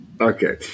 Okay